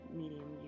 medium